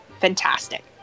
fantastic